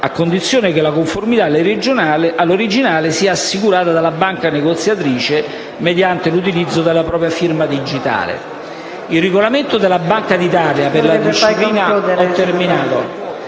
a condizione che la conformità all'originale sia assicurata dalla banca negoziatrice mediante l'utilizzo della propria forma digitale. Il regolamento della Banca d'Italia per la disciplina delle